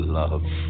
love